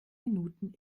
minuten